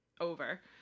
over